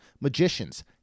magicians